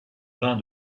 vin